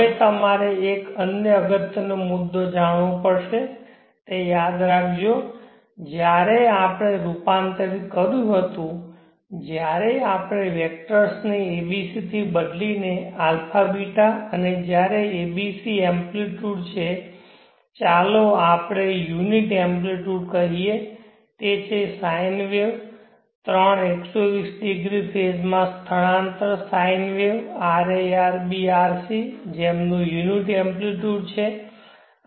હવે તમારે એક અન્ય અગત્યનો મુદ્દો જાણવો પડશે તે યાદ રાખજો જ્યારે આપણે રૂપાંતરિત કર્યું હતું જ્યારે આપણે વેક્ટર્સને abc થી બદલીને αβ અને જ્યારે a b c એમ્પ્લીટયુડ છે ચાલો આપણે યુનિટ એમ્પ્લિટ્યુડ્સ કહીએ તે છે sine વેવ ત્રણ 120 ડિગ્રી ફેઝ માં સ્થળાંતર sine વેવ ra rb rc જેમનો યુનિટ એમ્પ્લિટ્યુડ્સછે